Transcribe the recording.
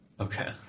Okay